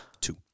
Two